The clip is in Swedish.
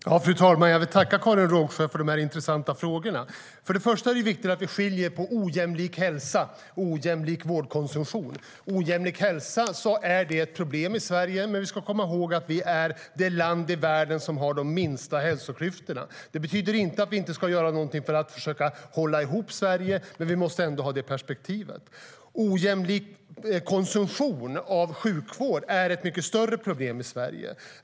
Fru talman! Jag vill tacka Karin Rågsjö för de intressanta frågorna. Först och främst är det viktigt att vi skiljer på ojämlik hälsa och ojämlik vårdkonsumtion. Det betyder inte att vi inte ska göra någonting för att försöka hålla ihop Sverige, men vi måste ha det perspektivet. Ojämlik konsumtion av sjukvård är ett mycket större problem i Sverige.